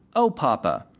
oh! papa.